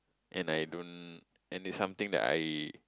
and I don't and that's something that I